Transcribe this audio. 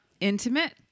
intimate